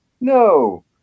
no